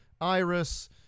Iris